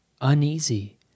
Uneasy